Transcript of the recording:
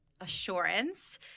assurance